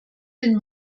den